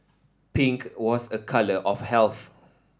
pink was a colour of health